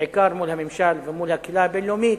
בעיקר מול הממשל ומול הקהילה הבין-לאומית,